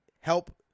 help